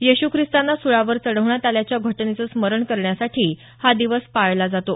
येशू ख्रिस्तांना सुळावर चढवण्यात आल्याच्या घटनेचं स्मरण करण्यासाठी हा दिवस पाळला जातो